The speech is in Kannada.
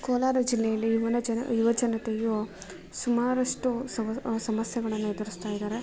ಕೋಲಾರ ಜಿಲ್ಲೆಯಲ್ಲಿ ಯುವ ಜನ ಯುವ ಜನತೆಯು ಸುಮಾರಷ್ಟು ಸಮಸ್ಯೆಗಳನ್ನು ಎದುರಿಸ್ತಾ ಇದ್ದಾರೆ